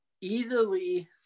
easily